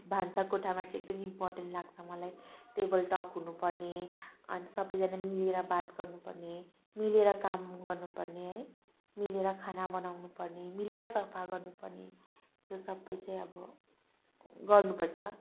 भान्सा कोठामा चाहिँ एकदम इम्पोर्टेन्ट लाग्छ मलाई टेबल टक हुनुपर्ने अनि सबैजना मिलेर बात गर्नुपर्ने मिलेर काम गर्नुपर्ने है मिलेर खाना बनाउनुपर्ने मिलेर सफा गर्नुपर्ने त्यो सबै चाहिँ अब गर्नुपर्छ